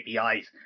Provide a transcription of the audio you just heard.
APIs